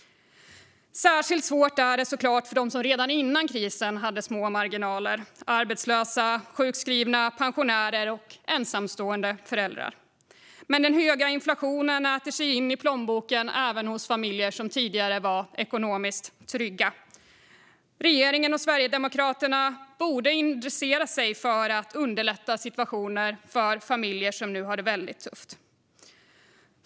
Särskilt svårt är det såklart för dem som redan innan krisen hade små marginaler: arbetslösa, sjukskrivna, pensionärer och ensamstående föräldrar. Men den höga inflationen äter sig in i plånboken även hos familjer som tidigare var ekonomiskt trygga. Regeringen och Sverigedemokraterna borde intressera sig för att underlätta situationen för familjer som nu har det väldigt tufft.